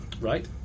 right